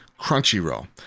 Crunchyroll